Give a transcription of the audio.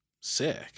sick